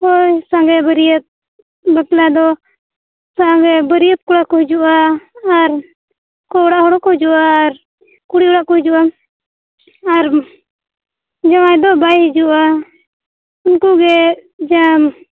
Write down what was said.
ᱦᱳᱭ ᱥᱟᱸᱜᱮ ᱵᱟᱹᱨᱭᱟᱹᱛ ᱵᱟᱯᱞᱟ ᱫᱚ ᱥᱟᱸᱜᱮ ᱵᱟᱹᱨᱭᱟᱹᱛ ᱠᱚᱲᱟ ᱠᱚ ᱦᱤᱡᱩᱜᱼᱟ ᱟᱨ ᱩᱱᱠᱩ ᱚᱲᱟᱜ ᱦᱚᱲ ᱦᱚᱸᱠᱚ ᱦᱤᱡᱩᱜᱼᱟ ᱟᱨ ᱠᱩᱲᱤ ᱚᱲᱟᱜ ᱠᱚ ᱦᱤᱡᱩᱜᱼᱟ ᱟᱨ ᱡᱟᱶᱟᱭ ᱫᱚ ᱵᱟᱭ ᱦᱤᱡᱩᱜᱼᱟ ᱩᱱᱠᱩᱜᱮ ᱡᱟᱢ